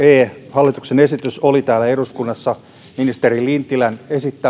hallituksen esitys oli täällä eduskunnassa ministeri lintilän